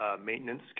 Maintenance